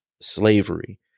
slavery